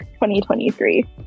2023